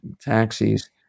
taxis